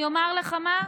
אני אומר לך מה,